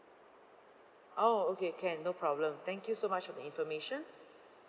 orh okay can no problem thank you so much for the information